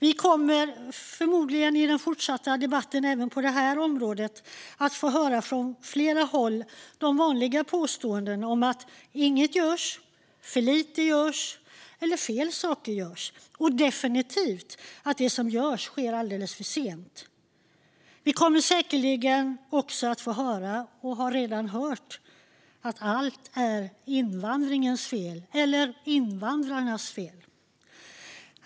Vi kommer i den fortsatta debatten förmodligen även på det här området att från flera håll få höra de vanliga påståendena om att inget görs, att för lite görs eller att fel saker görs och definitivt att det som görs sker alldeles för sent. Vi kommer säkerligen också att få höra - vi har redan hört det - att allt är invandringens fel eller invandrarnas fel.